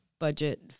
budget